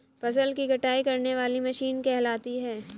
फसल की कटाई करने वाली मशीन कहलाती है?